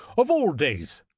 of all days!